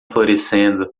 florescendo